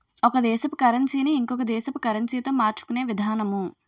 ఒక దేశపు కరన్సీ ని ఇంకొక దేశపు కరెన్సీతో మార్చుకునే విధానము